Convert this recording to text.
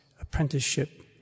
apprenticeship